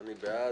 אני בעד.